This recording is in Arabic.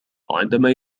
عندما